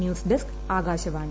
news desk Akashvani